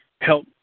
help